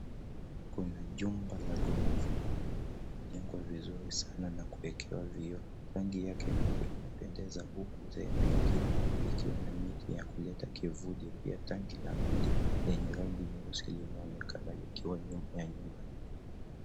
Kuna jumba la ghorofa ambalo limejengwa vizuri sana na kuwekewa vioo. Rangi yake pia inapendeza huku sehemu ya ikiwa na miti ya kuleta kivuli. Pia tanki la maji lenye rangi nyeusi linaonekana likiwa nyuma ya nyumba.